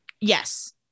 Yes